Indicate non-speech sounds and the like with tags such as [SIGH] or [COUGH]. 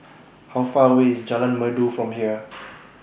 How Far away IS Jalan Merdu from here [NOISE]